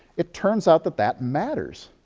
it turns out that that matters,